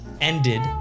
ended